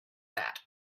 that